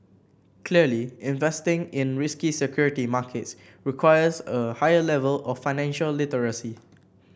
clearly investing in risky security markets requires a higher level of financial literacy